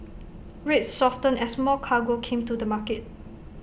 rates softened as more cargo came to the market